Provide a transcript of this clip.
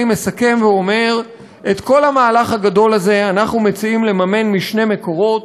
אני מסכם ואומר: את כל המהלך הגדול הזה אנחנו מציעים לממן משני מקורות,